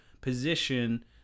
position